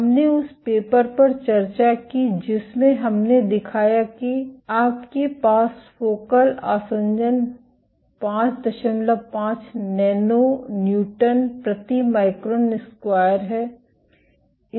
हमने उस पेपर पर चर्चा की जिसमें हमने दिखाया कि आपके पास फोकल आसंजन 55 नैनो न्यूटन प्रति माइक्रोन स्क्वायर है